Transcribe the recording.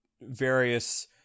various